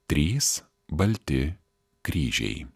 trys balti kryžiai